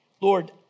Lord